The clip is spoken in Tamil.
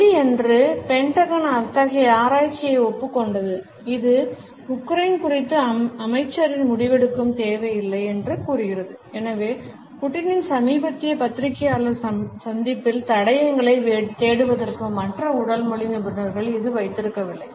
வெள்ளியன்று பென்டகன் அத்தகைய ஆராய்ச்சியை ஒப்புக் கொண்டது இது உக்ரைன் குறித்து அமைச்சரின் முடிவெடுக்கும் தேவை இல்லை என்று கூறுகிறது எனவே புடினின் சமீபத்திய பத்திரிகையாளர் சந்திப்பில் தடயங்களைத் தேடுவதற்கு மற்ற உடல் மொழி நிபுணர்களை இது வைத்திருக்கவில்லை